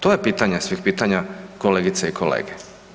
To je pitanje svih pitanje, kolegice i kolege.